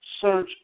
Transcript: search